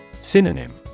Synonym